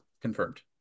confirmed